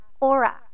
aura